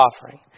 offering